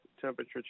temperature